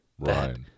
Right